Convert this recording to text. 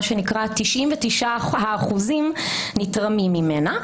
מה שנקרא 99% נתרמים ממנה,